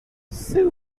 sue